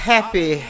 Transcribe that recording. Happy